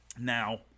Now